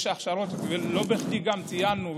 לא בכדי גם ציינו,